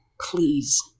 Please